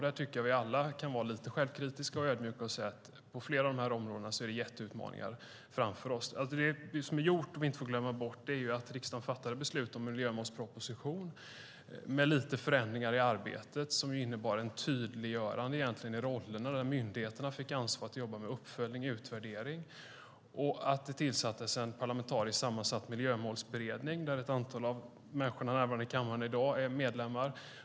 Där kan vi alla vara lite självkritiska och ödmjuka och konstatera att det på flera områden finns stora utmaningar. Vi får inte glömma bort att riksdagen fattade beslut om en miljömålsproposition med lite förändringar i arbetet. Det innebar ett tydliggörande av rollerna. Myndigheterna fick ansvar att jobba med uppföljning och utvärdering. Det tillsattes en parlamentariskt sammansatt miljömålsberedning, där ett antal av människorna som är närvarande i kammaren i dag är medlemmar.